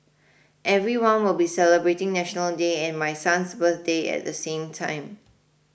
everyone will be celebrating National Day and my son's birthday at the same time